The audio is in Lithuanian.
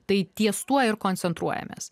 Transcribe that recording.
tai ties tuo ir koncentruojamės